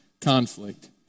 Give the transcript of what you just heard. conflict